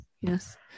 yes